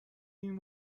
این